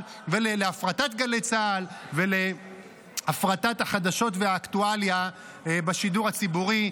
ולהפרטת גלי צה"ל ולהפרטת החדשות והאקטואליה בשידור הציבורי.